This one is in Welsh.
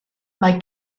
mae